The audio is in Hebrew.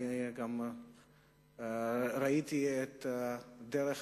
אני גם ראיתי את הדרך